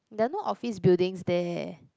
there are no office buildings there